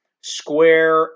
Square